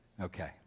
okay